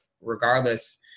regardless